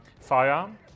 firearm